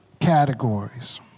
categories